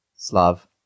Slav